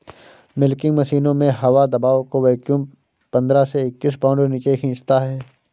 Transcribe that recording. milking मशीनों में हवा दबाव को वैक्यूम पंद्रह से इक्कीस पाउंड नीचे खींचता है